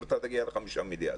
אתה תגיע לחמישה מיליארד.